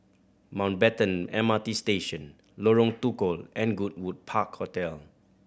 Mountbatten M R T Station Lorong Tukol and Goodwood Park Hotel